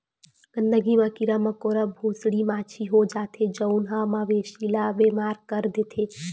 गंदगी म कीरा मकोरा, भूसड़ी, माछी हो जाथे जउन ह मवेशी ल बेमार कर देथे